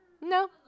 No